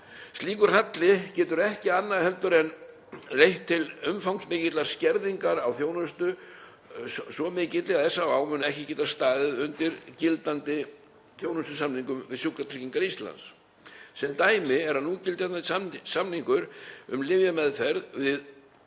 Slíkur halli getur ekki annað en leitt til umfangsmikillar skerðingar á þjónustu, svo mikilli að SÁÁ munu ekki geta staðið undir gildandi þjónustusamningum við Sjúkratryggingar Íslands. Sem dæmi er núgildandi samningur um lyfjameðferð við